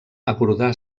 abordar